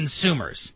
consumers